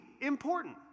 important